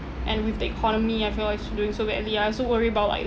and with the economy I feel like it's doing so badly I also worry about like